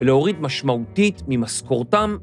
להוריד משמעותית ממשכורתם.